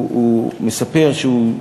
הוא מספר שהוא,